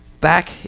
back